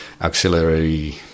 auxiliary